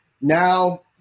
Now